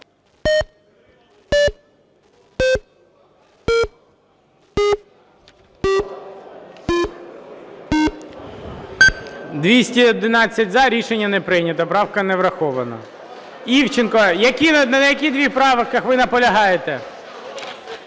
За-211 Рішення не прийнято. Правка не врахована. Івченко, на яких двох правках ви наполягаєте?